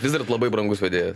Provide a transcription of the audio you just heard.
vis dar labai brangus vedėjas